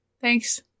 thanks